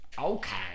Okay